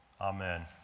Amen